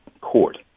court